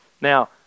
Now